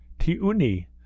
Ti'uni